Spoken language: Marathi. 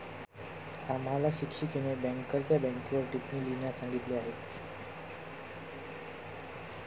आम्हाला शिक्षिकेने बँकरच्या बँकेवर टिप्पणी लिहिण्यास सांगितली आहे